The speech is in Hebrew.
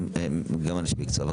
גם אנשי מקצוע.